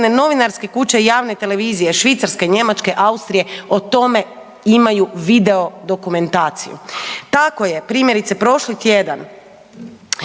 novinarske kuće i javne televizije Švicarske, Njemačke, Austrije o tome imaju video dokumentaciju. Tako je primjerice prošli tjedan